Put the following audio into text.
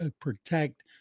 protect